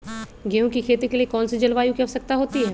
गेंहू की खेती के लिए कौन सी जलवायु की आवश्यकता होती है?